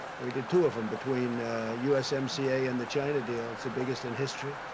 we did two of them between usmca and the china deal. it's the biggest in history.